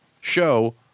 show